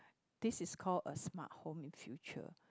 this is call a smart home in future